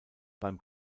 beim